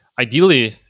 Ideally